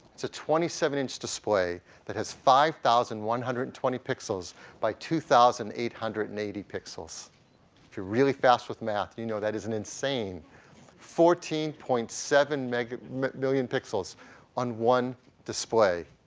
it's a twenty seven inch display that has five thousand one hundred and twenty pixels by two thousand eight hundred and eighty pixels. if you're really fast with math you know that is an insane fourteen point seven mega million pixels on one display.